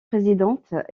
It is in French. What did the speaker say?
présidente